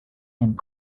and